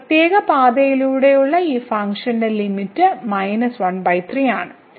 ഈ പ്രത്യേക പാതയിലൂടെയുള്ള ഈ ഫംഗ്ഷന്റെ ലിമിറ്റ് 13 ആണ്